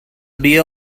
beer